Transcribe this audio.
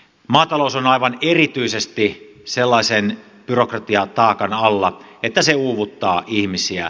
maatalous on aivan erityisesti sellaisen byrokratiataakan alla että se uuvuttaa ihmisiä